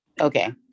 Okay